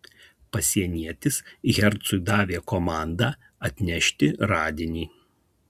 pasienietis hercui davė komandą atnešti radinį